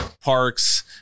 parks